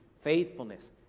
faithfulness